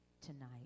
tonight